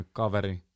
kaveri